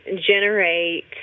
generate